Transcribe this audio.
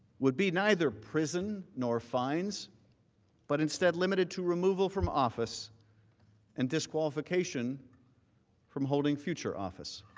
would be neither prison nor finds but instead limited to removal from office and disqualification from holding future office.